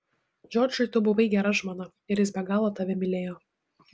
džordžui tu buvai gera žmona ir jis be galo tave mylėjo